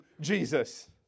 Jesus